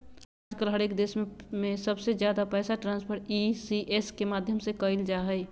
आजकल हर एक देश में सबसे ज्यादा पैसा ट्रान्स्फर ई.सी.एस के माध्यम से कइल जाहई